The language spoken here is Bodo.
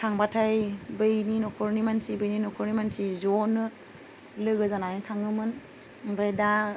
थांबाथाय बैनि न'खरनि मानसि बैनि न'खरनि मानसि ज'नो लोगो जानानै थाङोमोन ओमफ्राय दा